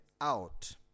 out